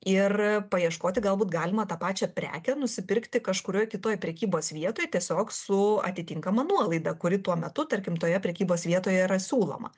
ir paieškoti galbūt galima tą pačią prekę nusipirkti kažkurioj kitoj prekybos vietoj tiesiog su atitinkama nuolaida kuri tuo metu tarkim toje prekybos vietoje yra siūloma